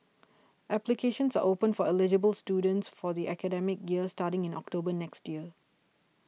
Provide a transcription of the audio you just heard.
applications are open for eligible students for the academic year starting in October next year